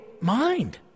mind